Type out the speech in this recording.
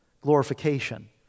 glorification